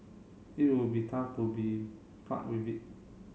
it would be tough to be part with it